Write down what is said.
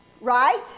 Right